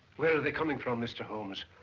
where are they coming from, mr. holmes?